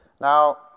Now